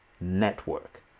network